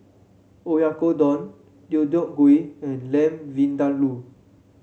Oyakodon Deodeok Gui and Lamb Vindaloo